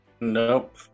Nope